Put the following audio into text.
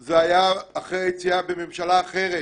זה היה בממשלה אחרת